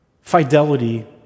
fidelity